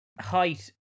height